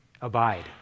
abide